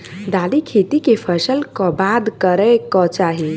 दालि खेती केँ फसल कऽ बाद करै कऽ चाहि?